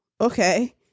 okay